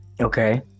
okay